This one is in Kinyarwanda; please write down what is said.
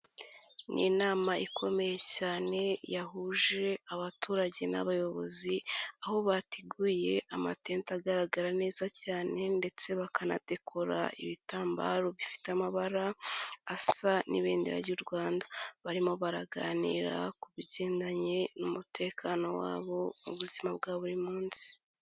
Ni inama ikomeye cyane yahuje abaturage n'abayobozi, aho bateguye amatente agaragara neza cyane, ndetse bakanadekora ibitambaro bifite amabara asa n'ibendera ry'u Rwanda. Barimo baraganira ku bigendanye n'umutekano wabo mu buzima bwa buri munsi.